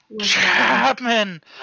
Chapman